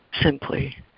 simply